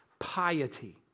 piety